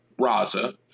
Raza